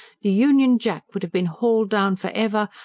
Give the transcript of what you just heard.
the union jack would have been hauled down for ever,